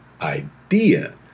idea